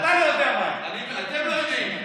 אתם לא יודעים,